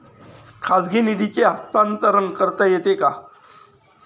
खाजगी निधीचे हस्तांतरण करता येते का?